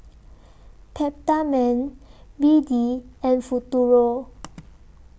Peptamen B D and Futuro